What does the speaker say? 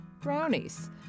brownies